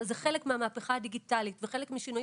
זה חלק מהמהפכה הדיגיטלית וחלק משינויים